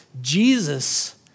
Jesus